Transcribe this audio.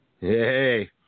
hey